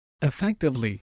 effectively